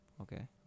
Okay